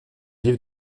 livre